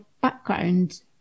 background